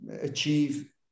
achieve